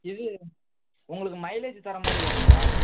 இது உங்களுக்கு மைலேஜ் தர்ற மாதிரி வேணுங்களா